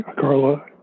Carla